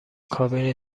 کابین